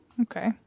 Okay